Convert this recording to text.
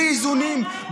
בלי איזונים,